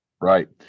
Right